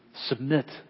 submit